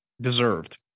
deserved